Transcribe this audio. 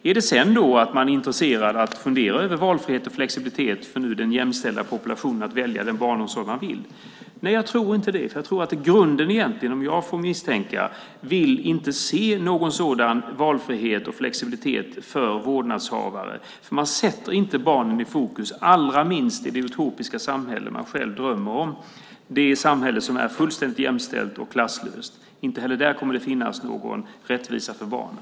Är man intresserad av att fundera över valfrihet och flexibilitet för den jämställda populationen att välja den barnomsorg som man vill? Nej, jag tror inte det. Jag tror att man i grunden, om jag får misstänka, inte vill se någon sådan valfrihet och flexibilitet för vårdnadshavare. Man sätter inte barnen i fokus, allra minst i det utopiska samhälle man själv drömmer om. Inte heller i det samhälle som är fullständigt jämställt och klasslöst kommer det att finnas någon rättvisa för barnen.